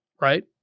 right